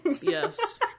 yes